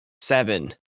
seven